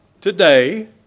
today